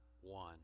one